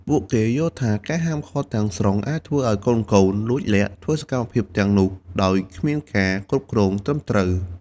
ពួកគេយល់ថាការហាមឃាត់ទាំងស្រុងអាចធ្វើឱ្យកូនៗលួចលាក់ធ្វើសកម្មភាពទាំងនោះដោយគ្មានការគ្រប់គ្រងត្រឹមត្រូវ ។